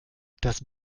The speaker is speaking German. das